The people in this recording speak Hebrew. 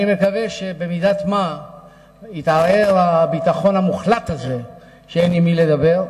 אני מקווה שבמידת מה התערער הביטחון המוחלט הזה שאין עם מי לדבר,